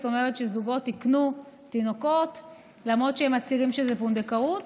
זאת אומרת שזוגות ייקנו תינוקות למרות שהם מצהירים שזה פונדקאות,